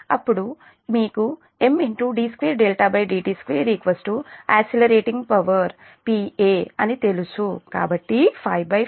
ఇప్పుడు మీకు M d2dt2 అసిల రేటింగ్ పవర్ Pa అని తెలుసు కాబట్టి 554 d2dt2 10